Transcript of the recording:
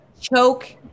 choke